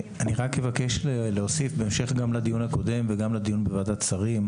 אני רק אבקש להוסיף בהמשך גם לדיון הקודם וגם לדיון בוועדת שרים,